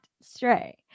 stray